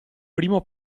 primo